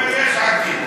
אתה אומר, יש עתיד.